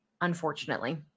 unfortunately